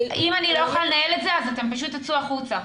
אם אני לא יכולה לנהל את זה אז אתם פשוט תצאו החוצה,